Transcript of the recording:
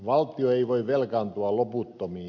valtio ei voi velkaantua loputtomiin